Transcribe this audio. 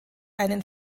einen